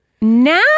now